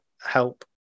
help